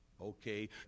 Okay